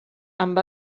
amb